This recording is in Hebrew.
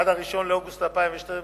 עד 1 באוגוסט 2012,